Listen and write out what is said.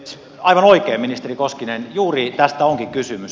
aivan oikein ministeri koskinen juuri tästä onkin kysymys